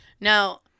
Now